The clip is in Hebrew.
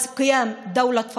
מהסוגיות שלו.